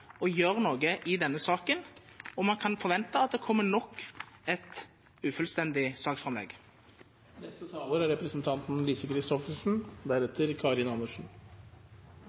gjøre noe i denne saken. Og man kan forvente at det kommer nok et ufullstendig